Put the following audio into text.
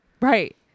Right